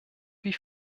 wie